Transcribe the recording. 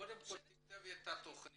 קודם כול תכתבי את התכנית